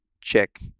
check